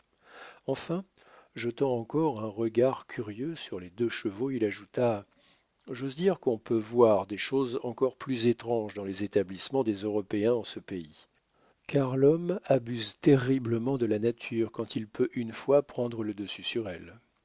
enfin jetant encore un regard curieux sur les deux chevaux il ajouta j'ose dire qu'on peut voir des choses encore plus étranges dans les établissements des européens en ce pays car l'homme abuse terriblement de la nature quand il peut une fois prendre le dessus sur elle